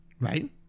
right